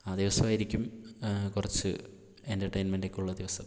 ആ ദിവസമായിരിക്കും കുറച്ച് എൻ്റർടൈൻമെന്റൊക്കെ ഉള്ള ദിവസം